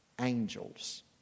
Angels